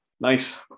Nice